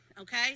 Okay